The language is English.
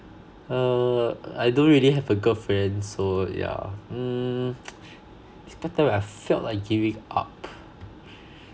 err I don't really have a girlfriend so yeah mm describe time when I felt like giving up